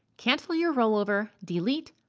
cancel your rollover, delete,